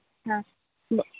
ହାଁ